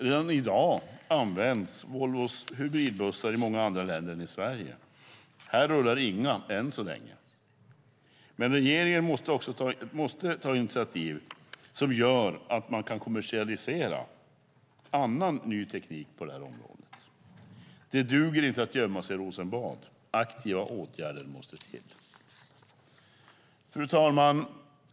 Redan i dag används Volvos hybridbussar i många andra länder än Sverige. Här rullar inga än så länge. Men regeringen måste ta initiativ som gör att man kan kommersialisera annan ny teknik på det här området. Det duger inte att gömma sig i Rosenbad - aktiva åtgärder måste till. Fru talman!